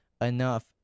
enough